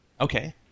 Okay